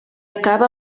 acaba